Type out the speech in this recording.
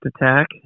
attack